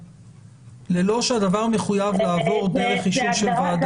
ללא שהדבר מחויב לעבור דרך אישור של ועדה?